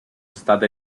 state